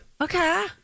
Okay